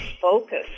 focus